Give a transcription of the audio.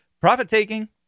profit-taking